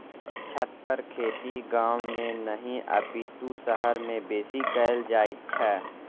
छतपर खेती गाम मे नहि अपितु शहर मे बेसी कयल जाइत छै